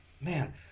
Man